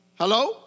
Hello